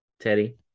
teddy